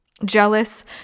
Jealous